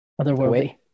otherworldly